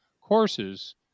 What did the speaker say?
courses